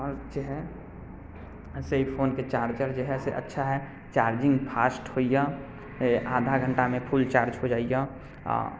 आओर जे हए से ई फोनके चार्जर जे हए से अच्छा हए चार्जिंग फास्ट होइए आधा घण्टामे फुल चार्ज हो जाइए आ